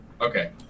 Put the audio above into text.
Okay